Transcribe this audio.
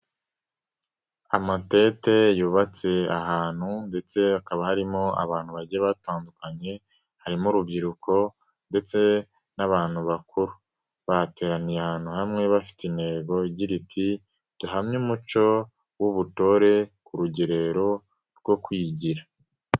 Amatente yubatse ahantu ndetse hakaba harimo abantu bagiye batandukanye harimo urubyiruko ndetse n'abantu bakuru, bateraniye ahantu hamwe bafite intego igira iti "Duhamye umuco w'ubutore ku rugerero rwo kwigira".